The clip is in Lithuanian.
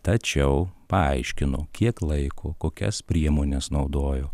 tačiau paaiškinu kiek laiko kokias priemones naudojo